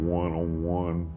one-on-one